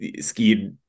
skied